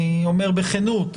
אני אומר בכנות,